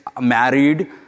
married